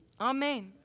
Amen